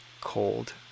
cold